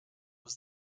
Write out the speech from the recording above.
was